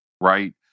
right